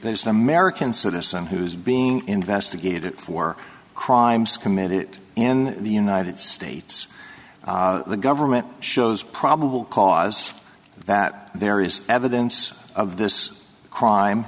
an american citizen who's being investigated for crimes committed in the united states the government shows probable cause that there is evidence of this crime